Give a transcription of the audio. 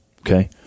okay